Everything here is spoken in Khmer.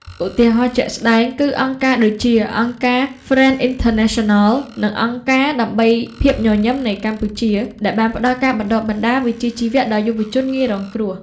ឧទាហរណ៍ជាក់ស្តែងគឺអង្គការដូចជា អង្គការ ហ្វ្រេនអ៉ីនធឺណាសិនណល និងអង្គការដើម្បីភាពញញឹមនៃកុមារ ដែលបានផ្តល់ការបណ្តុះបណ្តាលវិជ្ជាជីវៈដល់យុវជនងាយរងគ្រោះ។